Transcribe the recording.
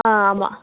ஆ ஆமாம்